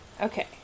Okay